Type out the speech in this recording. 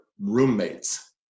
roommates